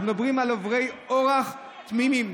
אנחנו מדברים על עוברי אורח תמימים.